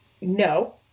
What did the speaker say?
no